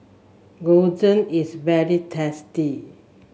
gyoza is very tasty